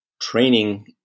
training